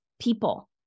people